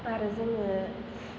आरो जोङो